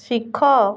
ଶିଖ